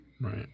Right